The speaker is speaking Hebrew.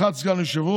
אחד הוא סגן יושב-ראש.